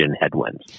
headwinds